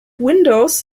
windows